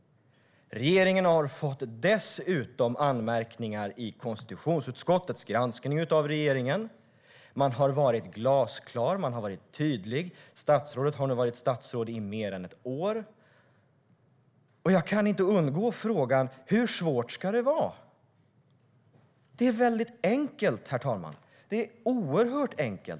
Dessutom har regeringen fått anmärkningar vid konstitutionsutskottets granskning av regeringen. Man har varit glasklar. Statsrådet har varit statsråd i mer än ett år, och jag kan inte låta bli att fråga: Hur svårt ska det vara? Det är enkelt, herr talman. Det är oerhört enkelt.